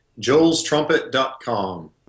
Joelstrumpet.com